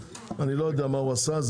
אני לא יודע מה הוא עשה.